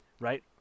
Right